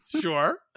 Sure